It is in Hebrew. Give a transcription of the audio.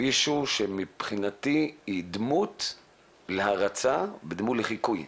מישהו שמבחינתי היא דמות להערצה ודמות לחיקוי.